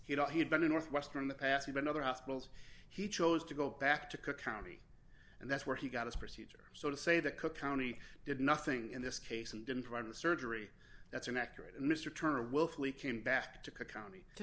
you know he had been in northwestern the past have been other hospitals he chose to go back to cook county and that's where he got his procedure so to say that cook county did nothing in this case and didn't prior to surgery that's an accurate and mr turner willfully came back to